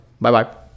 Bye-bye